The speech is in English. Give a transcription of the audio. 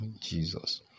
Jesus